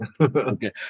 Okay